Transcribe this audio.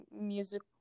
music